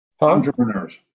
Entrepreneurs